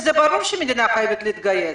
וברור שהמדינה חייבת להתגייס,